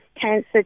cancer